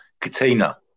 Katina